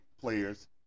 players